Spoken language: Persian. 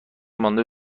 مانده